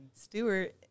Stewart